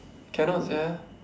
cannot sia